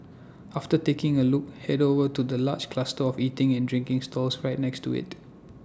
after taking A look Head over to the large cluster of eating and drinking stalls right next to IT